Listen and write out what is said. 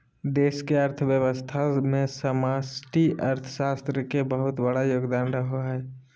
देश के अर्थव्यवस्था मे समष्टि अर्थशास्त्र के बहुत बड़ा योगदान रहो हय